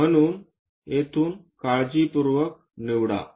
म्हणून येथून काळजीपूर्वक निवडा